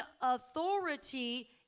authority